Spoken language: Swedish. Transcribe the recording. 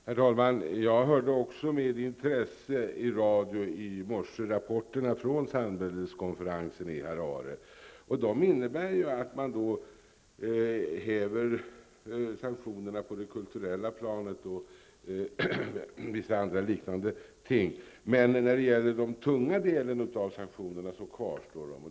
Herr talman! Också jag hörde med intresse i radion i morse rapporterna från samväldeskonferensen i Harare. Det innebär att sanktionerna på det kulturella planet upphävs. Men de tunga delarna av sanktionerna kvarstår.